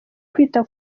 kwita